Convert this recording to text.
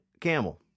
camel